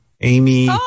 Amy